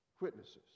witnesses